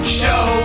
show